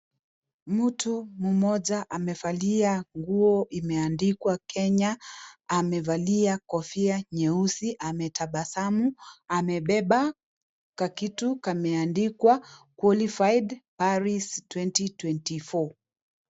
Mtu mmoja amevalia nguo imeandikwa Kenya, amevalia kofia nyeusi ametabasamu , amebeba kakitu kameandikwa, Qualified Paris 2024 .